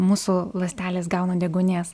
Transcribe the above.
mūsų ląstelės gauna deguonies